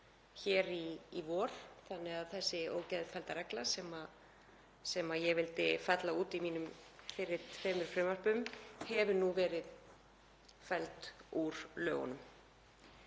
hér í vor þannig að þessi ógeðfellda regla sem ég vildi fella út í mínum fyrri tveimur frumvörpum hefur nú verið felld úr lögunum.